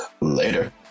later